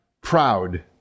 proud